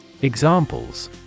Examples